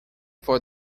for